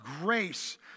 grace